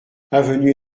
avenue